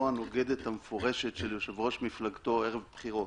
הנוגדת המפורשת של יושב-ראש מפלגתו ערב בחירות.